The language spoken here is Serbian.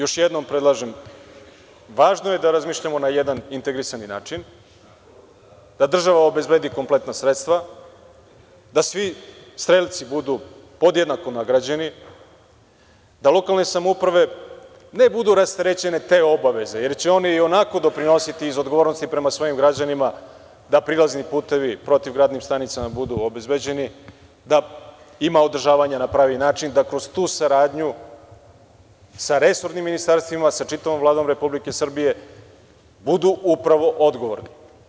Još jednom predlažem, važno je da razmišljamo na jedan integrisani način, da država obezbedi kompletna sredstva, da svi strelci budu podjednako nagrađeni, da lokalne samouprave, ne da budu rasterećene te obaveze, jer će one i onako doprinositi, iz odgovornosti prema svojim građanima, da prilazni putevi protivgradnim stanicama budu obezbeđeni, da postoji održavanje na pravi način, da kroz tu saradnju sa resornim ministarstvima, sa čitavom Vladom Republike Srbije budu upravo odgovorni.